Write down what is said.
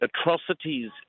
atrocities